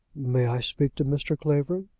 may i speak to mr. clavering?